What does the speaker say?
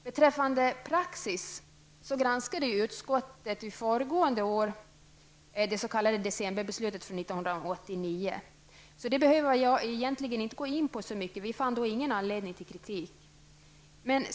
Beträffande praxis vill jag nämna att utskottet förra året granskade det s.k. decemberbeslutet från 1989 och då inte fann någon anledning till kritik. Det behöver jag alltså inte gå in på.